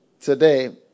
Today